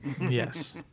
Yes